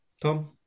Tom